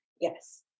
Yes